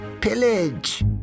pillage